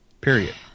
Period